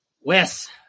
Wes